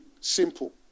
simple